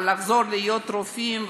לחזור להיות רופאים,